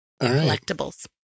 collectibles